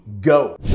go